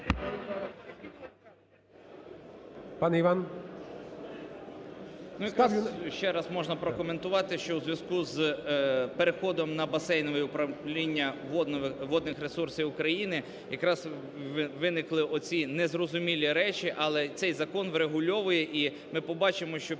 РИБАК І.П. Ще раз можна прокоментувати, що у зв'язку з переходом на басейнове управління водних ресурсів України якраз виникли оці незрозумілі речі, але цей закон врегульовує. І ми побачимо, що